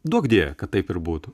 duokdie kad taip ir būtų